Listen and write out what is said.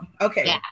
Okay